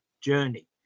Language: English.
journey